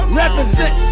represent